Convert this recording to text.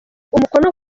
umukono